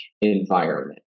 environment